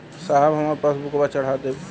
साहब हमार पासबुकवा चढ़ा देब?